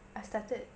I started